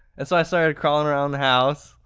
and so i started crawling around the house,